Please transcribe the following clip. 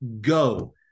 go